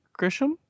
Grisham